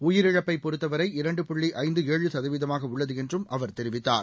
உயிரிழப்பை பொறுத்தவரை இரண்டு புள்ளி ஐந்து ஏழு சதவீதமாக உள்ளது என்றும் அவர் தெரிவித்தார்